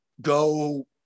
go